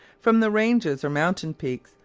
from the ranges or mountain peaks,